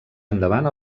endavant